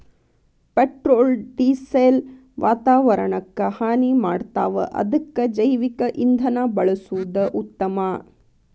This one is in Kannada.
ಪೆಟ್ರೋಲ ಡಿಸೆಲ್ ವಾತಾವರಣಕ್ಕ ಹಾನಿ ಮಾಡ್ತಾವ ಅದಕ್ಕ ಜೈವಿಕ ಇಂಧನಾ ಬಳಸುದ ಉತ್ತಮಾ